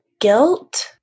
guilt